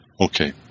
Okay